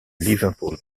liverpool